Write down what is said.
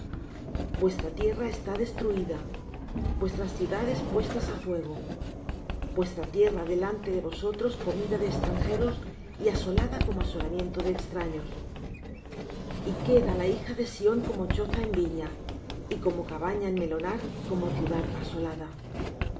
vuestra tierra está destruída vuestras ciudades puestas á fuego vuestra tierra delante de vosotros comida de extranjeros y asolada como asolamiento de extraños y queda la hija de sión como choza en viña y como cabaña en melonar como ciudad asolada